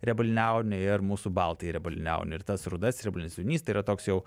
riebalinį audinį ir mūsų baltąjį riebalinį audinį ir tas rudas riebalinis audinys tai yra toks jau